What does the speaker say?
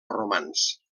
romans